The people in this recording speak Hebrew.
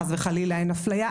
חס וחלילה אין אפליה.